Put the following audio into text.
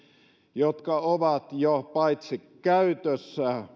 jotka ovat jo paitsi käytössä